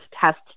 test